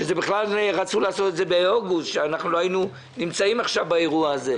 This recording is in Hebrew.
כשבכלל רצו לעשות את זה באוגוסט ולא היינו נמצאים עכשיו באירוע הזה.